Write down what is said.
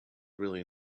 really